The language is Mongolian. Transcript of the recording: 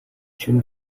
шөнө